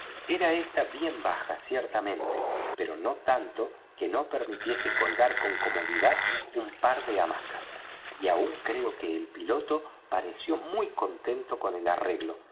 era ésta bien baja ciertamente pero no tanto que no permitiese colgar con comodidad un par de hamacas y aun creo que el piloto pareció muy contento con el arreglo